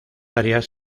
arias